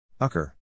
Ucker